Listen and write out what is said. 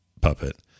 puppet